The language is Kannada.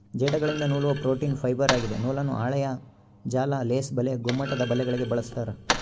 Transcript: ಜೇಡಗಳಿಂದ ನೂಲುವ ಪ್ರೋಟೀನ್ ಫೈಬರ್ ಆಗಿದೆ ನೂಲನ್ನು ಹಾಳೆಯ ಜಾಲ ಲೇಸ್ ಬಲೆ ಗುಮ್ಮಟದಬಲೆಗಳಿಗೆ ಬಳಸ್ತಾರ